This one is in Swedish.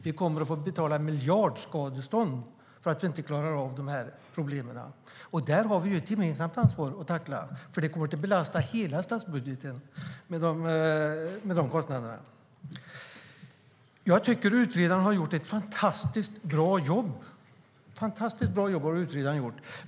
Vi kommer att få betala miljardskadestånd för att vi inte klarar av problemen. Där har vi ett gemensamt ansvar att tackla, för kostnaderna kommer att belasta hela statsbudgeten. Jag tycker att utredaren har gjort ett fantastiskt bra jobb.